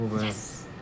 Yes